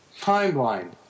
Timeline